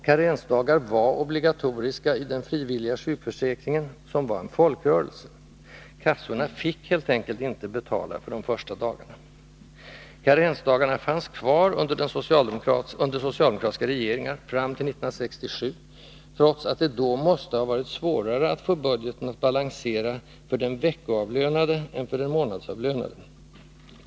Karensdagar var obligatoriska i den frivilliga sjukförsäkringen, som var en folkrörelse. Kassorna fick helt enkelt inte betala för de första dagarna. Karensdagarna fanns kvar under socialdemokratiska regeringar fram till 1967, trots att det måste ha varit svårare att få budgeten att balansera för den veckoavlönade än för den månadsavlönade.